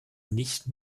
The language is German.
nicht